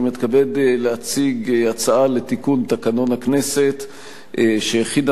אני מתכבד להציג הצעה לתיקון תקנון הכנסת שהכינה